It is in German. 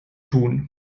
tun